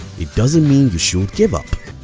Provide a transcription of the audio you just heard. it doesn't mean you should give up.